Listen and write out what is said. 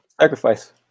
sacrifice